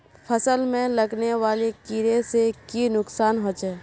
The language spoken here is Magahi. फसल में लगने वाले कीड़े से की नुकसान होचे?